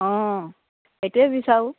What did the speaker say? অঁ সেইটোৱে বিচাৰোঁ